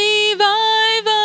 Revive